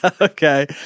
Okay